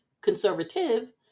conservative